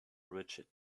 rigid